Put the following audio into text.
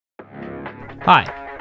Hi